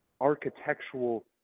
architectural